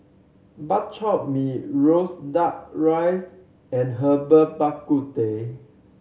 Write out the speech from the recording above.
Bak Chor Mee roasted Duck Rice and Herbal Bak Ku Teh